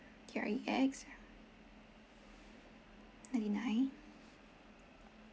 D R E X ninety nine